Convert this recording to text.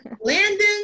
Landon